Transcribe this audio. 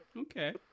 Okay